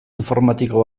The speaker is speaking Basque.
informatiko